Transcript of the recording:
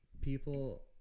people